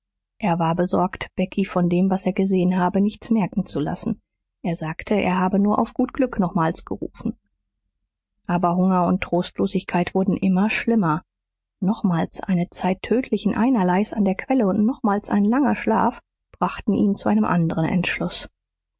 er war besorgt becky von dem was er gesehen habe nichts merken zu lassen er sagte er habe nur auf gut glück nochmals gerufen aber hunger und trostlosigkeit wurden immer schlimmer nochmals eine zeit tödlichen einerleis an der quelle und nochmals ein langer schlaf brachten ihn zu einem anderen entschluß